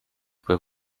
were